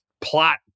plot